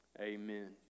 Amen